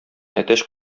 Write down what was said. әтәч